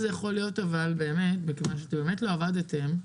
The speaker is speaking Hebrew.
כיוון שבאמת לא עבדתם,